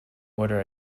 order